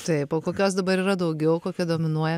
taip o kokios dabar yra daugiau kokia dominuoja